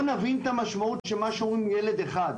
נבין את המשמעות של מה שאומרים "ילד אחד",